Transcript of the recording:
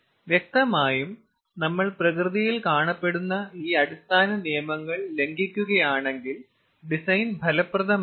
വ്യക്തമായും നമ്മൾ പ്രകൃതിയിൽ കാണപ്പെടുന്ന ഈ അടിസ്ഥാന നിയമങ്ങൾ ലംഘിക്കുകയാണെങ്കിൽ ഡിസൈൻ ഫലപ്രദമാകില്ല